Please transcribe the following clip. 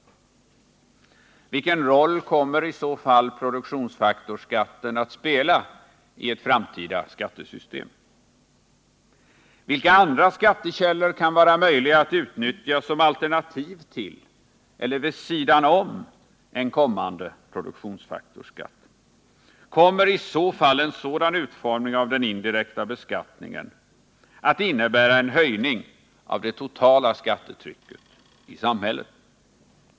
Vilken roll kommer i så fall produktions faktorsskatten att spela i ett framtida skattesystem? Vilka andra skattekällor kan vara möjliga att utnyttja som alternativ till eller vid sidan om en kommande produktionsfaktorsskatt? Kommer i så fall en sådan utformning av den indirekta beskattningen att innebära en höjning av det totala skattetrycket i samhället?